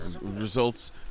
Results